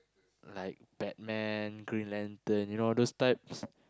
like Batman Green Lantern you know those types